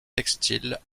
textile